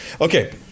Okay